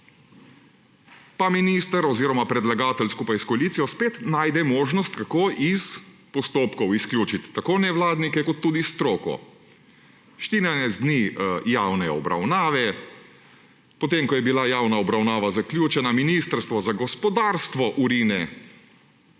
pa minister oziroma predlagatelj skupaj s koalicijo spet najde možnost, kako iz postopkov izključiti tako nevladnike kot tudi stroko. 14 dni javne obravnave, potem ko je bila javna obravnava zaključena, Ministrstvo za gospodarstvo vrine